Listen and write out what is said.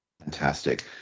Fantastic